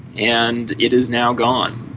and it is now gone.